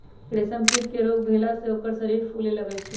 रेशम कीट के रोग भेला से ओकर शरीर फुले लगैए छइ